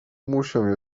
muszę